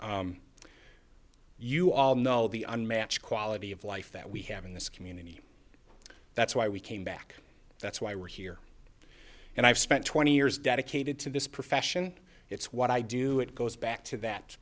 tonight you all know the unmatched quality of life that we have in this community that's why we came back that's why we're here and i've spent twenty years dedicated to this profession it's what i do it goes back to that